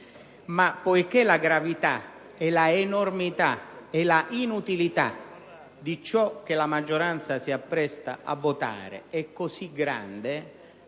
poiché la gravità, l'enormità e l'inutilità di ciò che la maggioranza si appresta a votare sono così grandi,